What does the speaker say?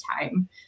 time